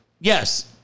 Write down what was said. Yes